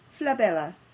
Flabella